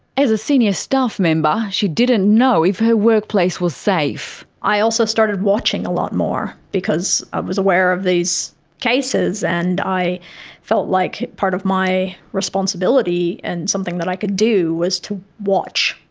as a senior staff member, she didn't know if her workplace was safe. i also started watching a lot more, because was aware of these cases and i felt like part of my responsibility and something that i could do was to watch.